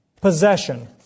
possession